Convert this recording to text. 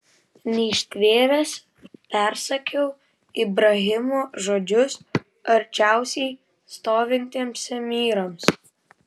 neištvėręs persakiau ibrahimo žodžius arčiausiai stovintiems emyrams